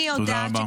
אני יודעת,